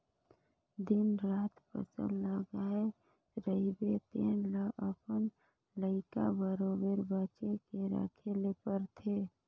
दिन रात फसल लगाए रहिबे तेन ल अपन लइका बरोबेर बचे के रखे ले परथे